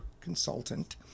consultant